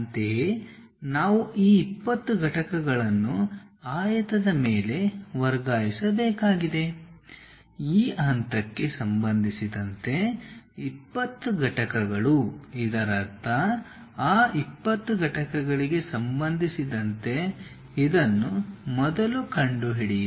ಅಂತೆಯೇ ನಾವು ಈ 20 ಘಟಕಗಳನ್ನು ಆಯತದ ಮೇಲೆ ವರ್ಗಾಯಿಸಬೇಕಾಗಿದೆ ಈ ಹಂತಕ್ಕೆ ಸಂಬಂಧಿಸಿದಂತೆ 20 ಘಟಕಗಳು ಇದರರ್ಥ ಆ 20 ಘಟಕಗಳಿಗೆ ಸಂಬಂಧಿಸಿದಂತೆ ಇದನ್ನು ಮೊದಲು ಕಂಡುಹಿಡಿಯಿರಿ